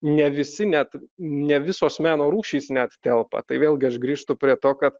ne visi net ne visos meno rūšys net telpa tai vėlgi aš grįžtu prie to kad